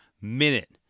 minute